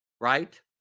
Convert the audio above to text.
right